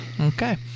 Okay